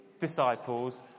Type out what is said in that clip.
disciples